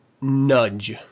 nudge